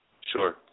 Sure